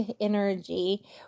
energy